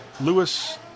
Lewis